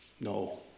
No